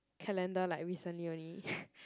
calendar like recently only